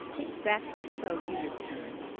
exactly so, he returned.